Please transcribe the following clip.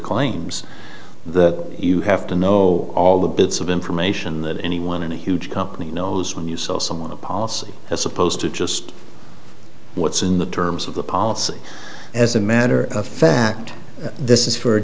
claims that you have to know all the bits of information that anyone in a huge company knows when you sell someone a policy as opposed to just what's in the terms of the policy as a matter of fact this is for a